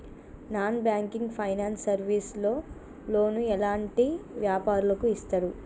Non banking finance service లో loan ఎలాంటి వ్యాపారులకు ఇస్తరు?